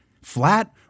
Flat